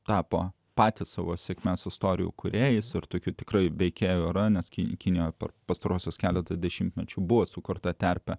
tapo patys savo sėkmės istorijų kūrėjais ir tokių tikrai veikėjų yra nes kinkinio per pastaruosius keletą dešimtmečių buvo sukurta terpę